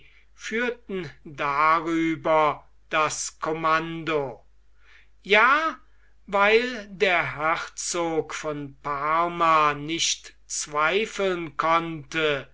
führten darüber das kommando ja weil der herzog von parma nicht zweifeln konnte